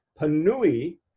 Panui